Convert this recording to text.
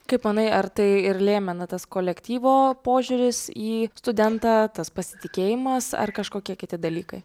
kaip manai ar tai ir lėmė na tas kolektyvo požiūris į studentą tas pasitikėjimas ar kažkokie kiti dalykai